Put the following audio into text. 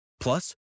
Plus